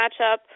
matchup